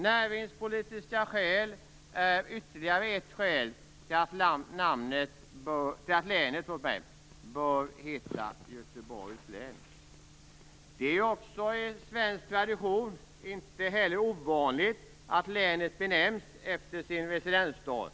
Det finns också näringspolitiska skäl till att länet bör heta Göteborgs län. Det är en svensk tradition, och inte heller ovanligt, att länet benämns efter sin residensstad.